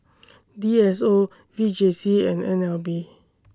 D S O V J C and N L B